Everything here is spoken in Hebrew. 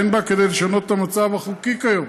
אין בה כדי לשנות את המצב החוקי כיום,